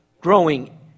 growing